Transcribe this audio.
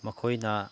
ꯃꯈꯣꯏꯅ